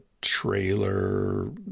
trailer